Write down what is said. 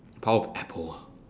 power of apple ah